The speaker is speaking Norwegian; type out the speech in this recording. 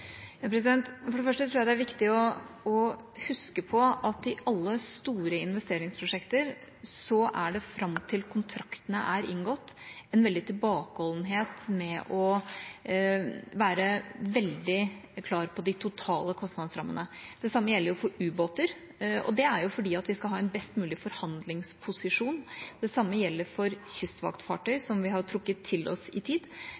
For det første tror jeg det er viktig å huske på at i alle store investeringsprosjekt er det fram til kontraktene er inngått, en stor tilbakeholdenhet med å være veldig klar på de totale kostnadsrammene. Det samme gjelder for ubåter. Det er fordi vi skal ha en best mulig forhandlingsposisjon. Det samme gjelder også for kystvaktfartøy, som vi har trukket til oss i tid